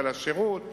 על השירות,